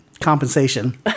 compensation